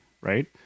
right